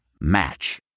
Match